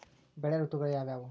ಬೆಳೆ ಋತುಗಳು ಯಾವ್ಯಾವು?